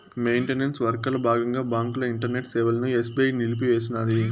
maintenance వర్కల బాగంగా బాంకుల ఇంటర్నెట్ సేవలని ఎస్బీఐ నిలిపేసినాది